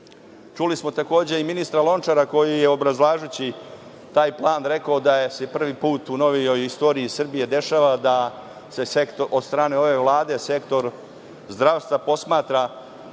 Čuli smo takođe i ministra Lončara koji je obrazlažući taj plan rekao da se prvi put u novijoj istoriji Srbije dešava od strane ove Vlade, da se sektor zdravstva posmatra,